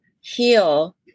heal